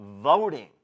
Voting